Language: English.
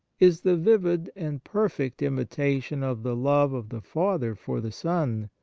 is the vivid and perfect imitation of the love of the father for the son,